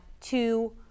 two